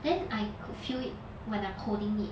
then I could feel it when I'm holding it